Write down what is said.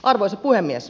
arvoisa puhemies